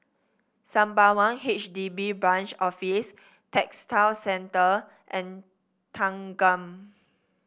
Sembawang H D B Branch Office Textile Centre and Thanggam